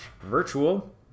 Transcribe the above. virtual